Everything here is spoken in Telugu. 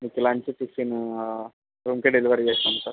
మీకెలాంటి టిఫిన్ రూమ్కే డెలివరీ చేస్తాం సార్